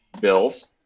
bills